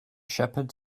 shepherd